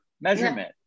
measurement